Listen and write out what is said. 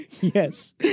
Yes